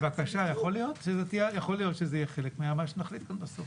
יכול להיות שזה יהיה חלק ממה שנחליט כאן בסוף.